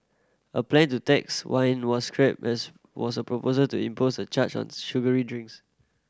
a plan to tax wine was scrapped as was a proposal to impose a charge on sugary drinks